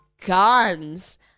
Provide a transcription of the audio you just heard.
guns